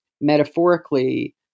metaphorically